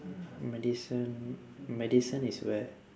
medicine medicine is where